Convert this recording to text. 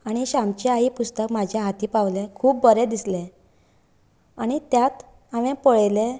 आनी श्यामची आई पुस्तक म्हज्या हाती पावले खूब बरें दिसलें आनी त्यात हांवे पळयले